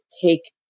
take